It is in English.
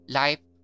life